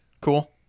cool